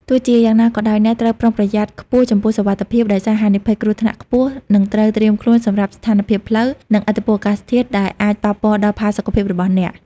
ទោះជាយ៉ាងណាក៏ដោយ អ្នកត្រូវ ប្រុងប្រយ័ត្នខ្ពស់ចំពោះសុវត្ថិភាព ដោយសារហានិភ័យគ្រោះថ្នាក់ខ្ពស់ និងត្រូវ ត្រៀមខ្លួនសម្រាប់ស្ថានភាពផ្លូវ និងឥទ្ធិពលអាកាសធាតុ ដែលអាចប៉ះពាល់ដល់ផាសុកភាពរបស់អ្នក។